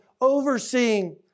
overseeing